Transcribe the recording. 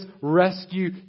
rescue